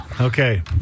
Okay